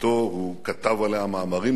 הוא כתב עליה מאמרים רבים,